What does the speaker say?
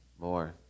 more